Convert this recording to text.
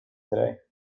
today